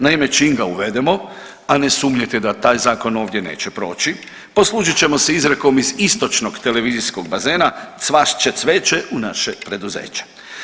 Naime, čim ga uvedemo, a ne sumnjajte da taj zakon ovdje neće proći, poslužit ćemo se izrekom iz istočnog televizijskog bazena, cvast će cveće u naše preduzeće.